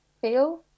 feel